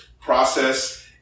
process